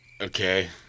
Okay